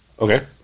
Okay